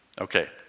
Okay